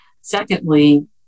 Secondly